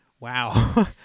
Wow